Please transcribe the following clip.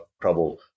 trouble